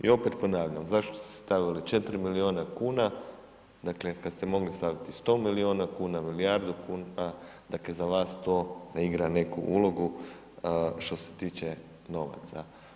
I opet ponavljam zašto ste stavili 4 miliona kuna dakle kad ste mogli stavi 100 miliona kuna, milijardu kuna dakle za vas to ne igra neku ulogu što se tiče novaca.